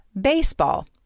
baseball